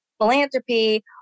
philanthropy